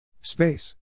Space